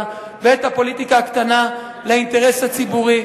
ואת הפוליטיקה הקטנה לאינטרס הציבורי,